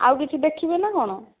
ଆଉ କିଛି ଦେଖିବେ ନା କଣ